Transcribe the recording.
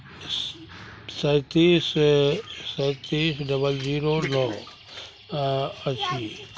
स् सैंतीस सैंतीस डबल जीरो नओ अछि